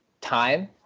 time